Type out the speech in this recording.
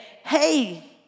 hey